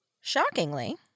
Shockingly